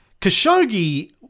Khashoggi